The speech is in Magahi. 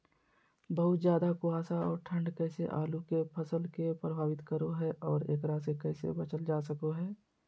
बहुत ज्यादा कुहासा और ठंड कैसे आलु के फसल के प्रभावित करो है और एकरा से कैसे बचल जा सको है?